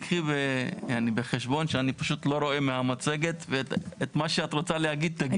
קחי בחשבון שאני פשוט לא רואה מהמצגת ואת מה שאת רוצה להגיד תגידי.